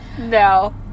No